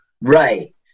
Right